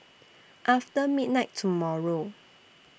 after midnight tomorrow